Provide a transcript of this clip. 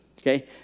Okay